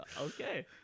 Okay